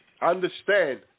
Understand